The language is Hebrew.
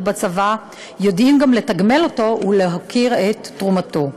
בצבא יודעים גם לתגמל אותו ולהוקיר את תרומתו.